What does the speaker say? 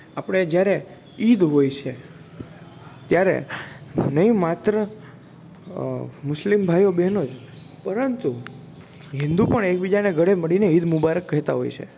આપણે જ્યારે ઈદ હોય છે ત્યારે નહીં માત્ર મુસ્લિમ ભાઈઓ બહેનો જ પરંતુ હિન્દુ પણ એકબીજાને ગળે મળીને ઈદ મુબારક કહેતા હોય છે